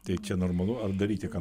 tai čia normalu ar daryti ką